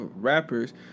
rappers